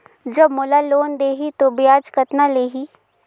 जब मोला लोन देही तो ब्याज कतना लेही?